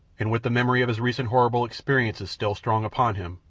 and with the memory of his recent horrible experience still strong upon him,